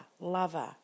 lover